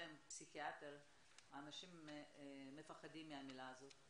עם פסיכיאטר האנשים מפחדים מהמילה הזאת?